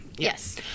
Yes